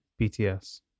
BTS